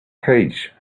page